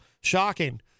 Shocking